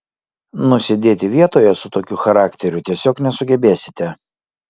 nusėdėti vietoje su tokiu charakteriu tiesiog nesugebėsite